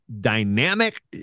dynamic